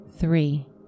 Three